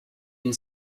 and